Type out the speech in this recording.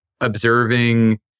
observing